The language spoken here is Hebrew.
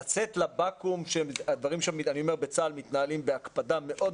לצאת לבקו"ם כשהדברים בצה"ל מתנהלים בהקפדה מאוד